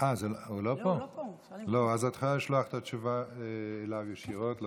אז את יכולה לשלוח את התשובה ישירות אליו.